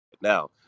Now